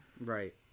right